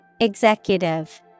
Executive